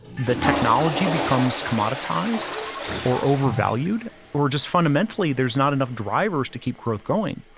the technology becomes commoditized or overvalued or just fundamentally there's not enough drivers to keep growth going.